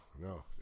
no